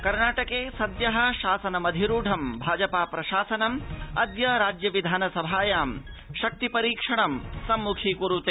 कर्णाटके सद्यः शासनमधिरूढं भाजपा प्रशासनम् अद्य राज्य विधानसभायां शक्ति परीक्षणं सम्मुखीक्रुते